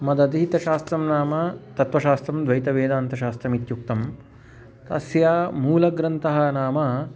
मदधीतं शास्त्रं नाम तत्त्वशास्त्रं द्वैतवेदान्तशास्त्रम् इत्युक्तं तस्य मूलग्रन्थः नाम